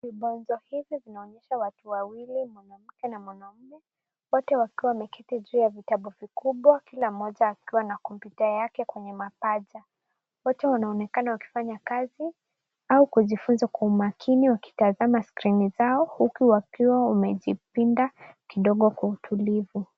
Vibonzo hivi vinaonyesha watu wawili, mwanamke na mwanaume ,wote wakiwa wameketi juu ya vitabu vikubwa ,kila mmoja akiwa na komputa yake kwenye mapaja. Wote wanaonekana wakifanya kazi au kujifunza kwa umakini wakitazama skrini zao, huku wakiwa wamejipinda kidogo kwa utulivu .